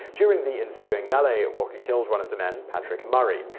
during the ensuing melee, walker killed one of the men, patrick murray.